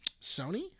Sony